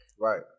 Right